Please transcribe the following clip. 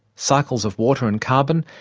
cycles of water and carbon,